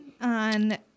on